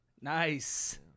Nice